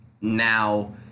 Now